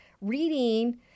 reading